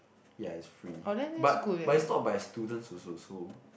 ya it's free but but it's not by students also so